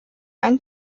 einen